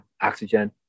oxygen